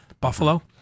Buffalo